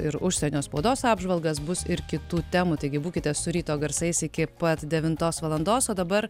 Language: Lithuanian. ir užsienio spaudos apžvalgas bus ir kitų temų taigi būkite su ryto garsais iki pat devintos valandos o dabar